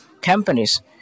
companies